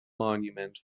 monument